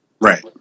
Right